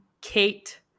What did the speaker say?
Kate